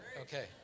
Okay